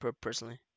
personally